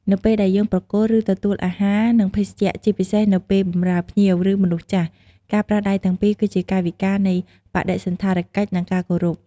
នៅពេលដែលយើងប្រគល់ ឬទទួលអាហារ និងភេសជ្ជៈ ជាពិសេសនៅពេលបម្រើភ្ញៀវ ឬមនុស្សចាស់ ការប្រើដៃទាំងពីរគឺជាកាយវិការនៃបដិសណ្ឋារកិច្ច និងការគោរព។